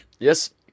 Yes